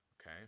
okay